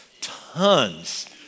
Tons